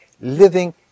living